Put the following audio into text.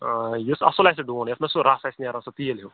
آ یُس اَصٕل آسہِ ڈوٗن یَتھ منٛز سُہ رَس آسہِ نیران سُہ تیٖل ہیوٗ